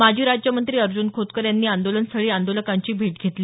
माजी राज्यमंत्री अर्जुन खोतकर यांनी आंदोलन स्थळी आंदोलकांची भेट घेतली